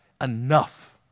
enough